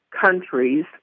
countries